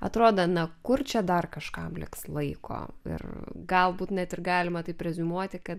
atrodo na kur čia dar kažkam liks laiko ir galbūt net ir galima taip reziumuoti kad